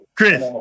Chris